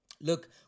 look